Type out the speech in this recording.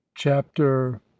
Chapter